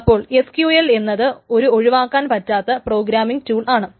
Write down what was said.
അപ്പോൾ എസ്ക്യൂഎൽ എന്നത് ഒരു ഒഴിവാക്കാൻ പറ്റാത്ത പ്രോഗ്രാമിഗ് ടൂൾ ആണ്